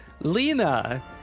Lena